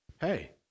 hey